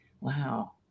Wow